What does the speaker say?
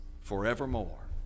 forevermore